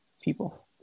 people